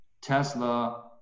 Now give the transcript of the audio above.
Tesla